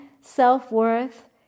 self-worth